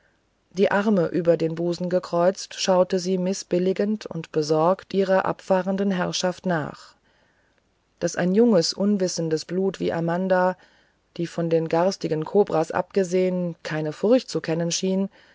die arme über den busen gekreuzt schaute sie mißbilligend und besorgt ihrer abfahrenden herrschaft nach daß ein junges unwissendes blut wie amanda die von den garstigen kobras abgesehen keine furcht zu kennen schien